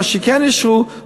ממה שכן אישרו,